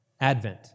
Advent